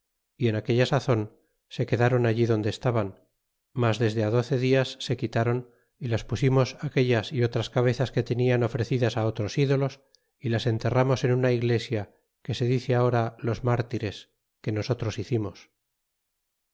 y en aquella sazon se quedron allí donde estaban mas desde doce dias se quitaron y las pu imos aquellas y otras cabezas que tenian ofrecidas otros ídolos y las enterramos en una iglesia que se dice ahora los mártires que nosotros hicimos